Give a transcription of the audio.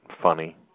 funny